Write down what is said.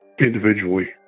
individually